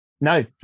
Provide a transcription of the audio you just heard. No